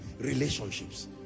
Relationships